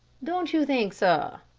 don't you think, sir,